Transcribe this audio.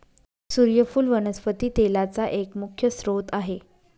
सुर्यफुल वनस्पती तेलाचा एक मुख्य स्त्रोत आहे